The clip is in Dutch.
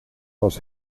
was